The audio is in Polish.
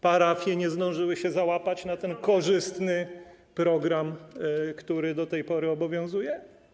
Parafie nie zdążyły się załapać na ten korzystny program, który do tej pory obowiązuje?